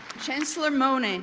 chancellor mone, and